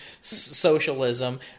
socialism